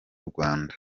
rwanda